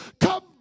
Come